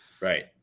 right